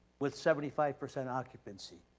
with seventy five percent occupancy.